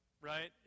right